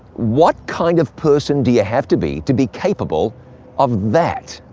what kind of person do you have to be to be capable of that?